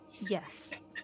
Yes